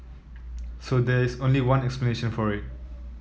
so there's only one explanation for it